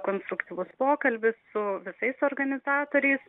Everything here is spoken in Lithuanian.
konstruktyvus pokalbis su visais organizatoriais